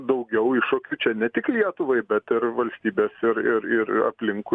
daugiau iššūkių čia ne tik lietuvai bet ir valstybės ir ir aplinkui